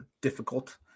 difficult